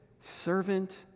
servant